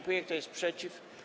Kto jest przeciw?